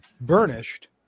Burnished